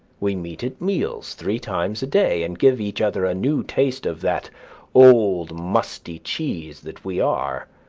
we meet at meals three times a day, and give each other a new taste of that old musty cheese that we are.